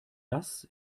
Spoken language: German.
das